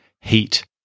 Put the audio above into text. Heat